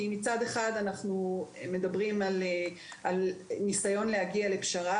כי מצד אחד אנחנו מדברים על ניסיון להגיע לפשרה